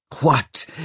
What